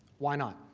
why not?